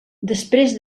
després